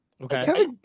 Okay